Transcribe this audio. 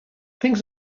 things